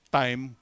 time